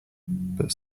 but